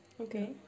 Okay